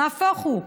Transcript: נהפוך הוא.